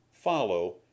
Follow